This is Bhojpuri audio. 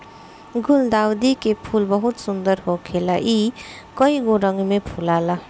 गुलदाउदी के फूल बहुत सुंदर होखेला इ कइगो रंग में फुलाला